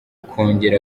kongera